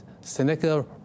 Seneca